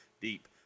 deep